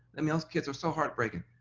i mean, those kids are so heartbreaking.